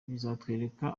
bizatwereka